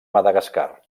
madagascar